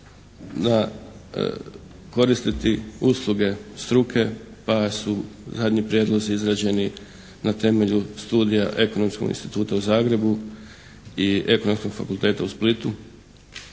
na, koristiti usluge struke pa su zadnji prijedlozi izrađeni na temelju studija Ekonomskog fakulteta u Zagrebu i Ekonomskog fakulteta u Splitu.